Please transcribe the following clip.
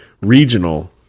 regional